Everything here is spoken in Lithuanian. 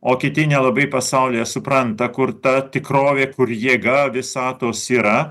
o kiti nelabai pasaulyje supranta kur ta tikrovė kur jėga visatos yra